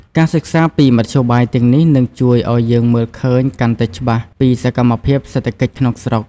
ការសិក្សាពីមធ្យោបាយទាំងនេះនឹងជួយឱ្យយើងមើលឃើញកាន់តែច្បាស់ពីសកម្មភាពសេដ្ឋកិច្ចក្នុងស្រុក។